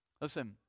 Listen